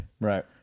Right